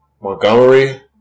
Montgomery